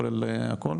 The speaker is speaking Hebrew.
כולל הכול?